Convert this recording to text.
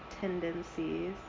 tendencies